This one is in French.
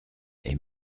est